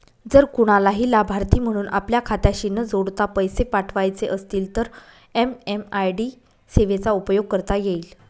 जर कुणालाही लाभार्थी म्हणून आपल्या खात्याशी न जोडता पैसे पाठवायचे असतील तर एम.एम.आय.डी सेवेचा उपयोग करता येईल